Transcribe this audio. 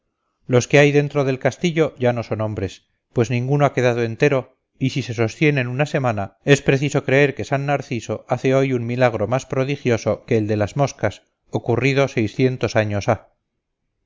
los que hay dentro del castillo ya no son hombres pues ninguno ha quedado entero y si se sostienen una semana es preciso creer que san narciso hace hoy un milagro más prodigioso que el de las moscas ocurrido seiscientos años ha